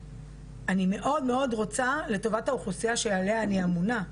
אני מאוד מאוד רוצה לטובת האוכלוסייה שעליה אני אמונה,